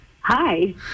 Hi